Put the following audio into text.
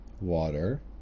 water